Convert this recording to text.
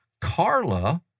Carla